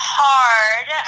hard